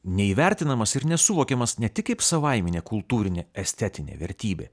neįvertinamas ir nesuvokiamas ne tik kaip savaiminė kultūrinė estetinė vertybė